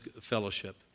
fellowship